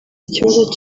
ikibazo